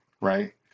right